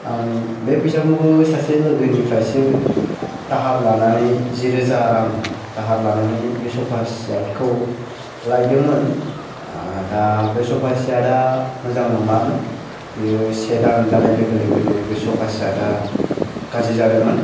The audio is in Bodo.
आं बे फैसाखौबो सासे लोगोनिफ्रायसो दाहार लानानै जिरोजा रां दाहार लानानै बे स'फा सेत खौ लायदोंमोन दा बे स'फा सेत आ मोजां नङामोन बेयो से दान जानाय लोगो लोगोनो बे स'फा सेत आ गाज्रि जादोंमोन